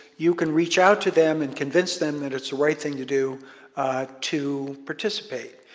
you can reach out to them and convince them that it's the right thing to do to participate.